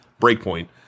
Breakpoint